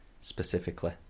specifically